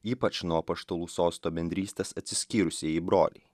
ypač nuo apaštalų sosto bendrystės atsiskyrusieji broliai